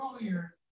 earlier